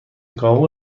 کاهو